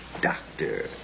doctor